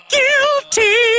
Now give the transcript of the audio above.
Guilty